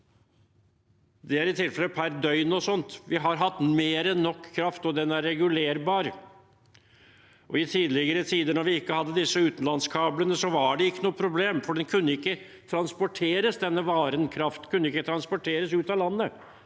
Det er i tilfelle per døgn og sånt. Vi har hatt mer enn nok kraft, og den er regulerbar. I tidligere tider, da vi ikke hadde disse utenlandskablene, var det ikke noe problem, for denne varen, kraften, kunne ikke transporteres ut av landet.